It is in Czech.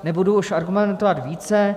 Nebudu už argumentovat více.